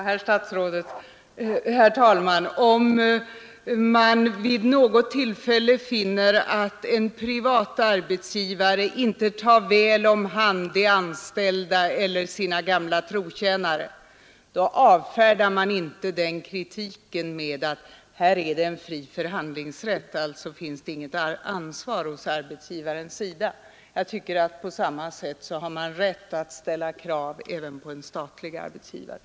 Herr talman! Om man vid något tillfälle finner att en privat arbetsgivare inte tar väl hand om de anställda eller sina gamla trotjänare, avfärdar man inte den kritiken med att det föreligger en fri förhandlingsrätt och att arbetsgivaren därför inte har ansvar. Jag tycker att man på 115 samma sätt har rätt att ställa krav även på en statlig arbetsgivare.